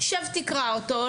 שב תקרא אותו,